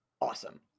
awesome